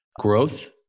growth